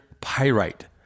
pyrite